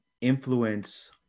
influence